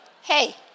hey